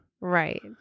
Right